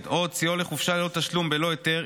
או הוציאו לחופשה ללא תשלום בלא היתר,